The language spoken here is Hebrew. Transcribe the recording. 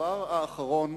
הדבר האחרון,